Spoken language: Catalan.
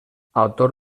autor